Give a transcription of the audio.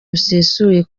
busesuye